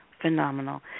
phenomenal